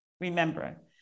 Remember